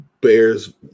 Bears